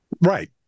Right